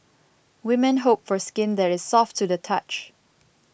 women hope for skin that is soft to the touch